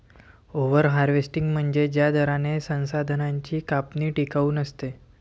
over harvesting म्हणजे ज्या दराने संसाधनांची कापणी टिकाऊ नसते